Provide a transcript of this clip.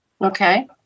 Okay